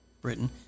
Britain